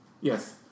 Yes